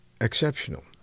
Exceptional